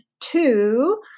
two